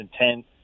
intent